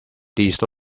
these